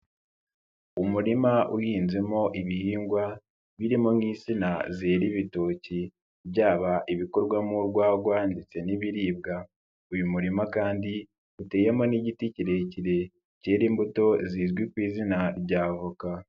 Umurima uhinzemo ibihingwa birimo nk'insina zera ibitoki byaba ibikorwamo urwagwa ndetse n'ibiribwa uyu murima kandi uteyemo n'igiti kirekire cyera imbuto zizwi ku izina rya avoka.